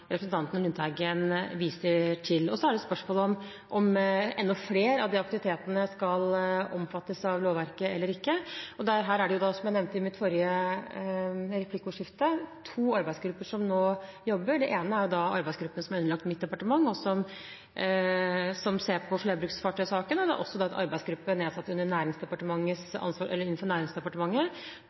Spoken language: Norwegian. representanten Lundteigen viser til. Så er det spørsmål om enda flere av de aktivitetene skal omfattes av lovverket eller ikke, og her er det da, som jeg nevnte tidligere i replikkordskiftet, to arbeidsgrupper som nå jobber. Det ene er arbeidsgruppen som er underlagt mitt departement, og som ser på flerbruksfartøysaken, og det er også nedsatt en arbeidsgruppe i Næringsdepartementet,